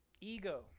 ego